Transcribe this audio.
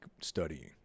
studying